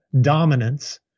dominance